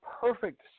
perfect